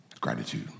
gratitude